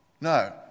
No